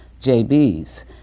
JB's